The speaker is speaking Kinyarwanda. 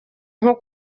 nko